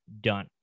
done